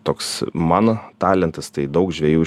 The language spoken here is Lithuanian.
toks mano talentas tai daug žvejų